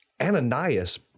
Ananias